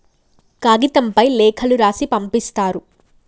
కాగితంపై లేఖలు రాసి పంపిస్తారు